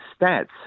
stats